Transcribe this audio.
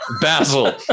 Basil